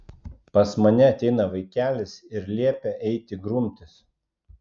pas mane ateina vaikelis ir liepia eiti grumtis